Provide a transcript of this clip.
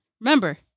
remember